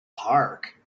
park